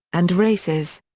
and races.